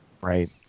Right